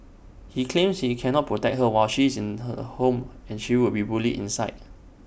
he claims he cannot protect her while she is in her home and she would be bullied inside